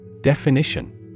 Definition